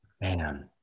man